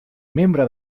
membre